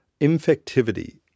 infectivity